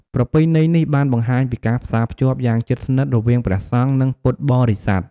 ប្រពៃណីនេះបានបង្ហាញពីការផ្សារភ្ជាប់យ៉ាងជិតស្និទ្ធរវាងព្រះសង្ឃ និងពុទ្ធបរិស័ទ។